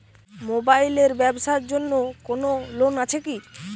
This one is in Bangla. মোবাইল এর ব্যাবসার জন্য কোন লোন আছে কি?